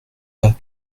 pas